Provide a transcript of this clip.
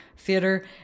theater